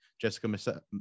Jessica